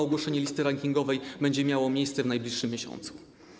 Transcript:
Ogłoszenie listy rankingowej będzie miało miejsce w najbliższym miesiącu.